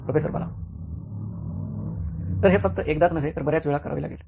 professor Bala तर हे फक्त एकदाच नव्हे तर बर्याच वेळा करावे लागेल